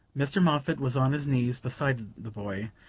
mr. moffatt was on his knees beside the boy,